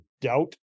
doubt